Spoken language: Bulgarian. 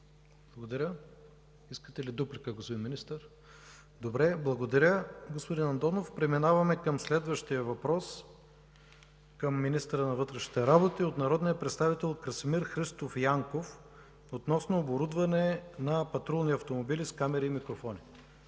Благодаря. Искате ли дуплика, господин Министър? Не. Благодаря, господин Андонов. Преминаваме към следващия въпрос към министъра на вътрешните работи – от народния представител Красимир Христов Янков, относно оборудване на патрулни автомобили с камери и микрофони.